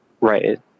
Right